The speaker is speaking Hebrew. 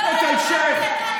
את אלשיך?